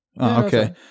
Okay